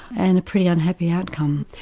and a pretty unhappy outcome.